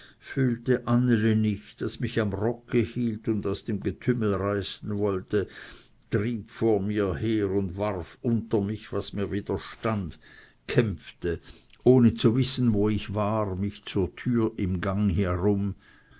fühlte anneli nicht das mich am rocke hielt und aus dem getümmel reißen wollte trieb vor mir her und warf unter mich was mir widerstand kämpfte ohne zu wissen wo ich war mich zur türe hinaus im gang herum